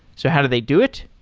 so how do they do it?